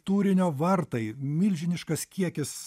turinio vartai milžiniškas kiekis